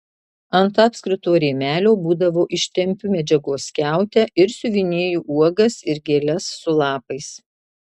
ant apskrito rėmelio būdavo ištempiu medžiagos skiautę ir siuvinėju uogas ir gėles su lapais